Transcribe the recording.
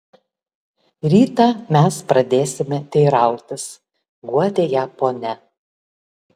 rytą mes pradėsime teirautis guodė ją ponia